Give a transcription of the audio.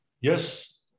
Yes